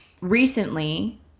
Recently